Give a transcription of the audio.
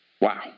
wow